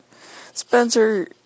Spencer